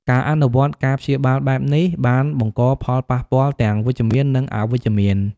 ការអនុវត្តការព្យាបាលបែបនេះ បានបង្កផលប៉ះពាល់ទាំងវិជ្ជមាន និងអវិជ្ជមាន។